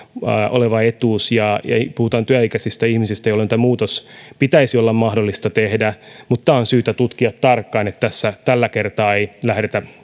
oleva etuus ja puhutaan työikäisistä ihmisistä jolloin tämä muutos pitäisi olla mahdollista tehdä mutta tämä on syytä tutkia tarkkaan että tässä tällä kertaa ei lähdetä